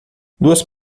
duas